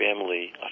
family